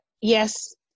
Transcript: yes